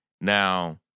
Now